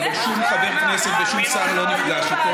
אבל שום חבר כנסת ושום שר לא נפגש איתו.